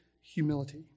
humility